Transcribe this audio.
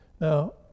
Now